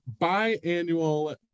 biannual